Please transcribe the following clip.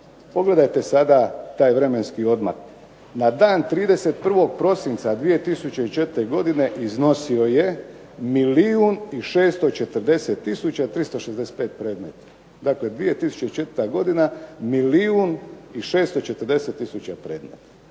pogledajte sada taj vremenski odmak, na dan 31. prosinca 2004. godine iznosio je milijun i 640 tisuća 365 predmeta. Dakle, 2004. godina milijun i 640 tisuća predmeta.